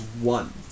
one